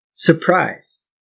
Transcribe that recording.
Surprise